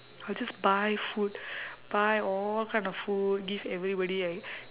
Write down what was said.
I'll just buy food buy all kind of food give everybody I